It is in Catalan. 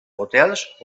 hotels